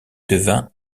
devint